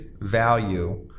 value